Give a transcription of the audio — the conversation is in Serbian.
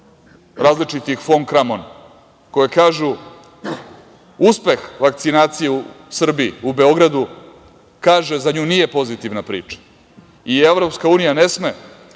različitih fon Kramon, koji kažu – uspeh vakcinacije u Srbiji, u Beogradu, kaže, za nju nije pozitivna priča i EU ne sme